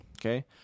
okay